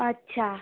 अच्छा